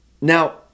Now